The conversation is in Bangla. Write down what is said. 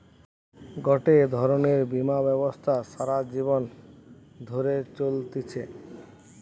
গটে ধরণের বীমা ব্যবস্থা সারা জীবন ধরে চলতিছে